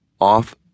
Off